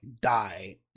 Die